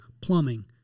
Plumbing